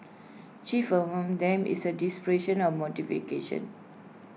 chief among them is the dissipation of